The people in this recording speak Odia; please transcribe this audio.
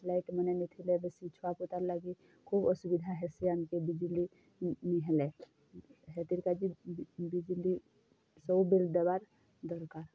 ଲାଇଟ୍ମାନେ ନି ଥିଲେ ବେଶୀ ଛୁଆ ପୁତାର୍ ଲାଗି ଖୋବ୍ ଅସୁବିଧା ହେସି ଆମ୍କେ ବିଜୁଳି ନେ ହେଲେ ହେତିର୍ କାଜି ବିଜୁଳି ସବୁ ବିଲ୍ ଦେବାର୍ ଦର୍କାର୍